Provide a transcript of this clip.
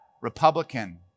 Republican